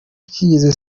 kigeze